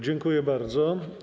Dziękuję bardzo.